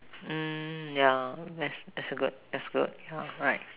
mm yeah that's that's good that's good yeah right